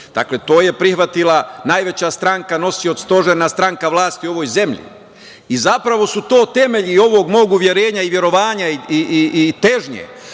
Dakle, to je prihvatila najveća stranka, nosioc, stožerna stranka u ovoj zemlji. Zapravo su to temelji ovog mog uverenja i verovanja i težnje